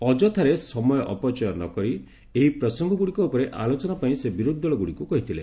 ଅଯଥାରେ ସମୟ ଅପଚୟ ନ କରି ଏହି ପ୍ରସଙ୍ଗଗୁଡିକ ଉପରେ ଆଲୋଚନା ପାଇଁ ସେ ବିରୋଧୀଦଳ ଗୁଡିକୁ କହିଥିଲେ